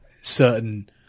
certain